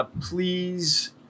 please